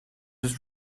was